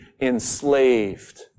enslaved